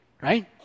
right